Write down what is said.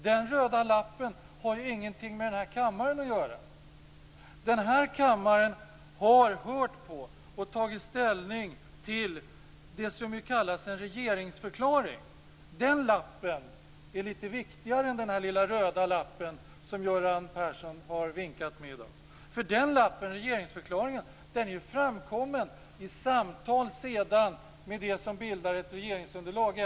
Den röda lappen har ju ingenting med den här kammaren att göra. Den här kammaren har hört på och tagit ställning till det som kallas en regeringsförklaring. Den lappen är lite viktigare än den här lilla röda lappen som Göran Persson har vinkat med i dag. Den lappen, regeringsförklaringen, är ju framkommen i samtal med dem som bildar ett regeringsunderlag.